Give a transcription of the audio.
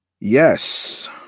Yes